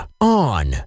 on